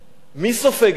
מי סופג את זה?